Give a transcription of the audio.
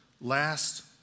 last